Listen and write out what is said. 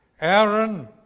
Aaron